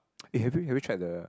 eh have you ever tried the